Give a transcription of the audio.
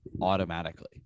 automatically